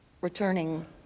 Returning